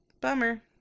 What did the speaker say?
bummer